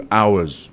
hours